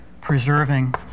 preserving